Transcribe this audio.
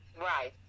Right